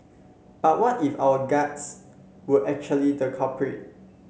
but what if our guts were actually the culprit